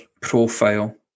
profile